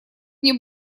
мне